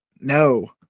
No